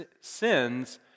sins